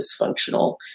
dysfunctional